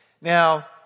Now